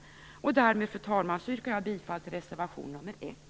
Därmed, fru talman, yrkar jag bifall till reservation nr 1.